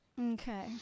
Okay